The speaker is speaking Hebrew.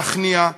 להכניע,